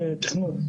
התכנון.